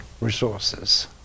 resources